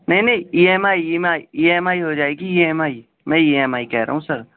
نہیں نہیں E M I my E M M آئی ہو جائے گی ای ایم آئی میں ای ایم آئی کہہ رہا ہوں سر